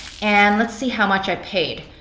and let's see how much i paid.